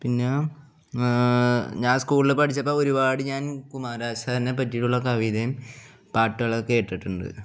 പിന്നെ ഞാൻ സ്കൂളിൽ പഠിച്ചപ്പം ഒരുപാട് ഞാൻ കുമാരനാശാനെ പറ്റിയിട്ടുള്ള കവിതയും പാട്ടുകളും കേട്ടിട്ടുണ്ട്